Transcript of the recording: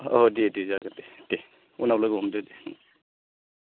औ दे दे जागोन दे दे उनाव लोगो हमदो दे